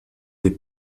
des